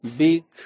big